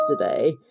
yesterday